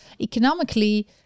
economically